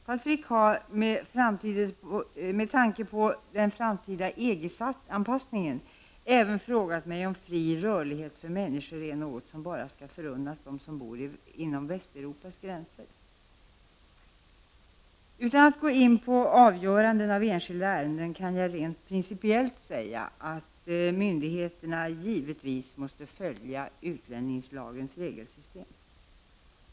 Carl Frick har, med tanke på den framtida EG-anpassningen, även frågat mig om fri rörlighet för människor är något som bara skall förunnas dem som bor inom Västeuropas gränser? Utan att gå in på avgöranden av enskilda ärenden kan jag rent principiellt säga att myndigheterna givetvis måste följa utlänningslagens regelsystem.